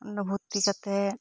ᱚᱸᱰᱮ ᱵᱷᱩᱨᱛᱤ ᱠᱟᱛᱮᱜ